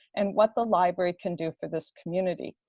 and what the library can do for this community.